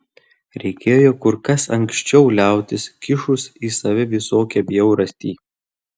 reikėjo kur kas anksčiau liautis kišus į save visokią bjaurastį